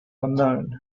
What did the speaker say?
unknown